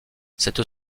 cette